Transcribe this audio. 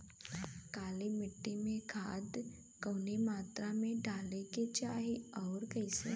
काली मिट्टी में खाद कवने मात्रा में डाले के चाही अउर कइसे?